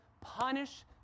punish